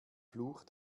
fluch